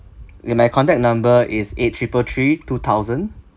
mm my contact number is eight triple three two thousand